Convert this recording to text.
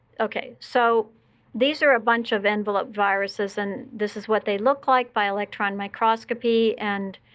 ok, so these are a bunch of envelope viruses. and this is what they look like by electron microscopy. and